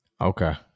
Okay